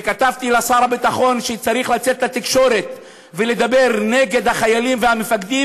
וכתבתי לשר הביטחון שצריך לצאת לתקשורת ולדבר נגד החיילים והמפקדים,